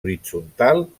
horitzontal